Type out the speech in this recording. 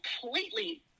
completely